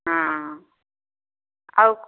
ହଁ ଆଉ